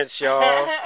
y'all